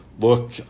look